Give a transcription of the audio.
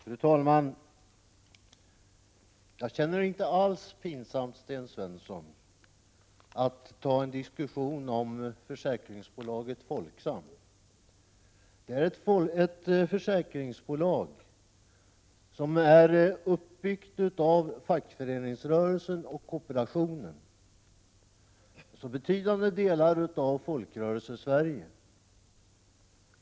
Fru talman! Jag tycker inte alls att det är pinsamt, Sten Svensson, att ta upp en diskussion om Folksam. Det är ett försäkringsbolag som är uppbyggt av fackföreningsrörelsen och kooperationen, dvs. betydande delar av Folkrörelsesverige.